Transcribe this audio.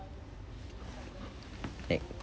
like